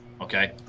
Okay